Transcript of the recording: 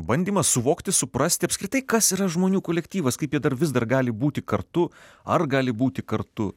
bandymas suvokti suprasti apskritai kas yra žmonių kolektyvas kaip jie vis dar gali būti kartu ar gali būti kartu